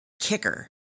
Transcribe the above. kicker